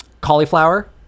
cauliflower